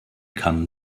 kann